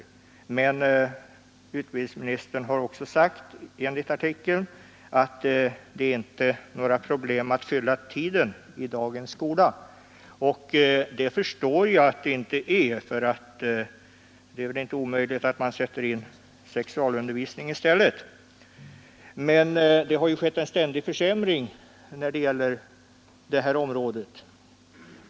Enligt artikeln har utbildningsministern också sagt att det inte är några problem att fylla tiden i dagens skola. Det förstår jag att det inte är — det är väl inte omöjligt att man sätter in sexualundervisning i stället. Det har skett en ständig försämring på detta område.